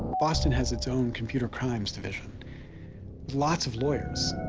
boston has it's own computer crime division lots of lawyers,